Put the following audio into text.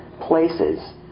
places